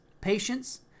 patience